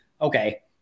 okay